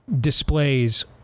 displays